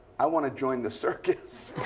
i want to join the circus.